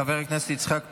חבר הכנסת יצחק פינדרוס,